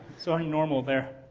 so i'm normal there.